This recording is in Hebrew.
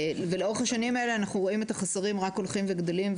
ולאורך השנים האלה אנחנו רואים את החסרים האלה רק הולכים וגדלים,